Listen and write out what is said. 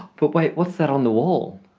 but wait, what's that on the wall?